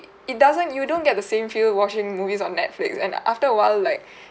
it doesn't you don't get the same feel watching movies on netflix and after a while like